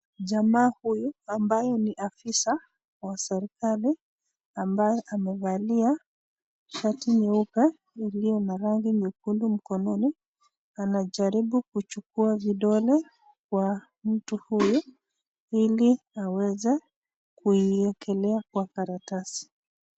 Jamaa huyu ambaye ni afisa wa serikali ambaye amevalia shati nyeupe iliyo na rangi nyekundu mkononi anajaribu kuchukua vidole kwa mtu huyu ili aweze kuiwekelea kwa karatasi.